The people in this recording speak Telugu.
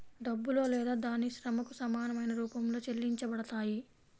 డబ్బులో లేదా దాని శ్రమకు సమానమైన రూపంలో చెల్లించబడతాయి